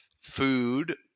food